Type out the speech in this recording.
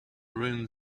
ruin